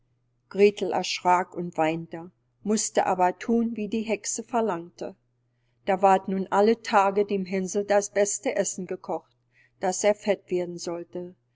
gretel erschrack und weinte mußte aber thun was die hexe verlangte da ward nun alle tage dem hänsel das beste essen gekocht daß er fett werden sollte